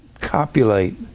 copulate